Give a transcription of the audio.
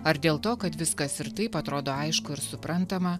ar dėl to kad viskas ir taip atrodo aišku ir suprantama